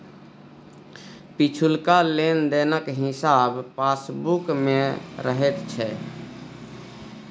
पिछुलका लेन देनक हिसाब पासबुक मे रहैत छै